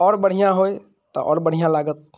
आओर बढ़िआँ होए तऽ आओर बढ़िआँ लागत